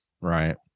Right